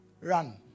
run